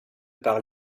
par